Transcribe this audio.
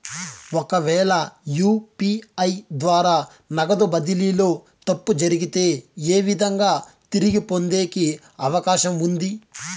ఒకవేల యు.పి.ఐ ద్వారా నగదు బదిలీలో తప్పు జరిగితే, ఏ విధంగా తిరిగి పొందేకి అవకాశం ఉంది?